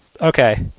Okay